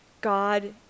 God